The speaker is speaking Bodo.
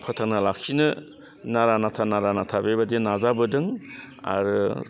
फोथांना लाखिनो नारानाथा नारानाथा बेबादि नाजाबोदों आरो